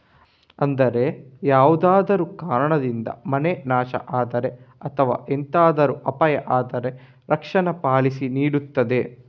ಅಂದ್ರೆ ಯಾವ್ದಾದ್ರೂ ಕಾರಣದಿಂದ ಮನೆ ನಾಶ ಆದ್ರೆ ಅಥವಾ ಎಂತಾದ್ರೂ ಅಪಾಯ ಆದ್ರೆ ರಕ್ಷಣೆ ಪಾಲಿಸಿ ನೀಡ್ತದೆ